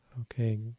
Okay